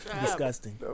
Disgusting